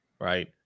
right